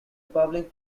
public